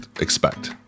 expect